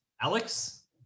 Alex